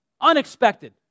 Unexpected